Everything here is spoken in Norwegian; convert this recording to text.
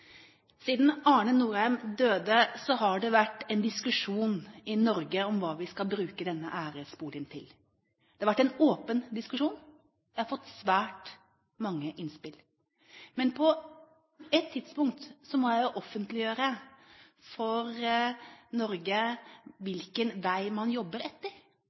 Siden Arne Nordheim døde har det vært en diskusjon i Norge om hva vi skal bruke denne æresboligen til. Det har vært en åpen diskusjon, og jeg har fått svært mange innspill. Men på et tidspunkt må jeg jo offentliggjøre for Norge hvilken vei man jobber etter,